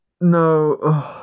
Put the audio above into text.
No